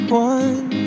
one